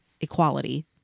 equality